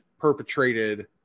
perpetrated